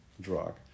drug